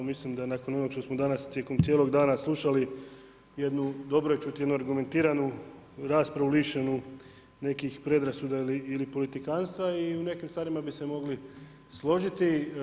Mislim da nakon onog što danas tijekom cijeloga dana slušali, jednu, dobro je čuti jednu argumentiranu raspravu lišenu nekih predrasuda ili politikantstva i u nekim stvarima bi se mogli složiti.